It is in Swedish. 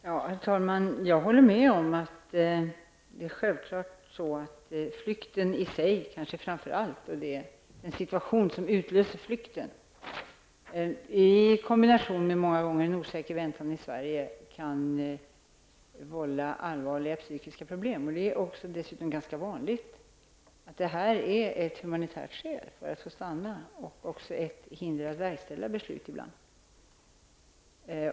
Herr talman! Jag håller med om att en flykt i sig, och kanske framför allt den situation som utlöser en flykt, i kombination med en många gånger osäker väntan i Sverige kan vålla allvarliga psykiska problem. Det är dessutom ganska vanligt att sådant här utgör ett humanitärt skäl för att människor skall få stanna i vårt land. Men det är också ibland ett hinder för verkställighet av beslut.